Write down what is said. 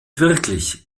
wirklich